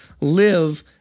live